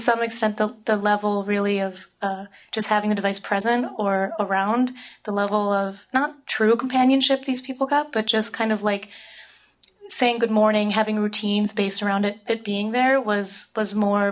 some extent the level really of just having a device present or around the level of not true companionship these people cup but just kind of like saying good morning having routines based around it but being there was was more